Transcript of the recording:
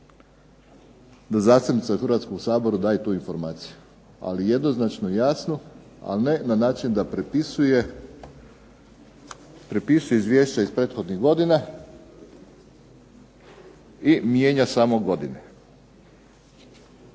da zastupnicima Hrvatskoga sabora da tu informaciju, ali jednoznačno jasno ali ne na način da prepisuje izvješća iz prethodnih godina i mijenja samo godine.